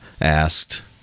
asked